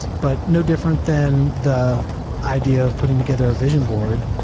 but no different than the idea of putting together a vision board.